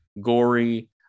gory